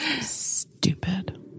stupid